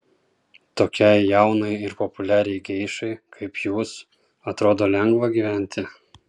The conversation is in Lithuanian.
tokiai jaunai ir populiariai geišai kaip jūs atrodo lengva gyventi